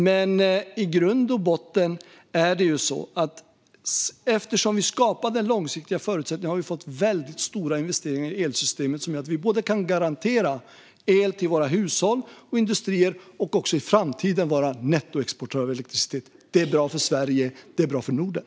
Men i grund och botten är det så här: Eftersom vi skapade långsiktiga förutsättningar har vi fått väldigt stora investeringar i elsystemet som gör att vi både kan garantera el till våra hushåll och industrier och kan vara nettoexportör av elektricitet också i framtiden. Det är bra för Sverige. Det är bra för Norden.